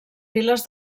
files